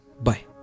Bye